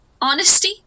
Honesty